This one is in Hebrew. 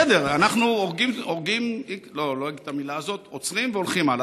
בסדר, אנחנו עוצרים והולכים הלאה.